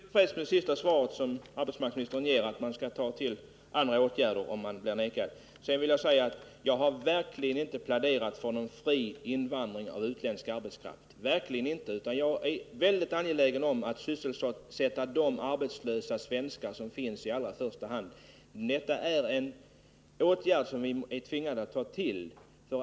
Herr talman! Jag är mycket tillfredsställd med det besked som arbetsmarknadsministern gav senast, att man skall ta till andra åtgärder om någon vägrar. Sedan vill jag säga: Jag har verkligen inte pläderat för någon fri invandring av utländsk arbetskraft. Jag är väldigt angelägen om att i allra första hand sysselsätta de arbetslösa svenskar som finns. Men detta är en åtgärd som vi är tvingade att ta till.